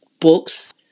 books